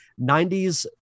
90s